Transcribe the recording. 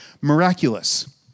miraculous